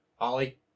Ollie